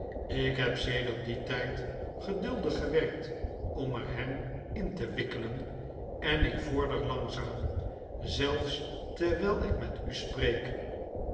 ik heb sedert dien tjjd geduldig gewerktom er hem in te wikkelen en ik vorder langzaam zelfs terwyl ik met u spreek